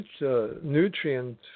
nutrient